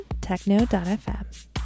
Techno.fm